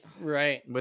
Right